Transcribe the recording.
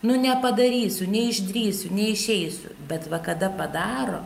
nu nepadarysiu neišdrįsiu neišeisiu bet va kada padaro